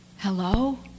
Hello